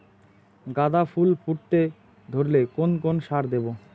গাদা ফুল ফুটতে ধরলে কোন কোন সার দেব?